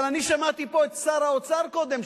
אבל אני שמעתי פה את שר האוצר קודם,